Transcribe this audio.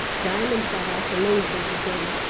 diamond got out the nose-bag again.